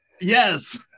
Yes